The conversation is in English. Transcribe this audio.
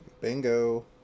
bingo